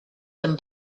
them